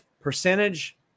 Percentage